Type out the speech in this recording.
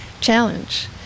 challenge